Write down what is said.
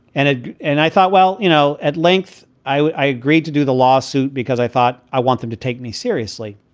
and ah and i thought, well, you know, at length i agreed to do the lawsuit because i thought, i want them to take me seriously.